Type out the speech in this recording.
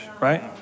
right